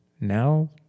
now